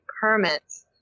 permits